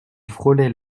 frôlait